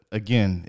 again